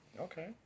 Okay